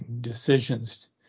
decisions